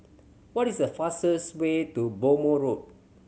what is the fastest way to Bhamo Road